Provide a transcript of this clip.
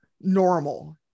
normal